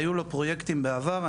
היו לו פרויקטים בעבר,